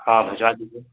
हाँ भिजवा दीजिये